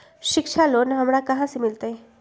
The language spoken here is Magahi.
शिक्षा लोन हमरा कहाँ से मिलतै?